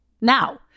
Now